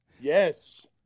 Yes